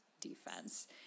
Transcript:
defense